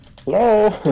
Hello